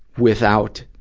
without